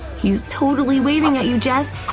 he's totally waving at you, jess!